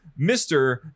Mr